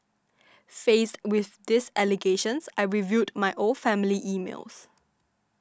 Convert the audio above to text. faced with these allegations I reviewed my old family emails